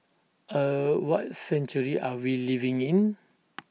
er what century are we living in